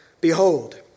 behold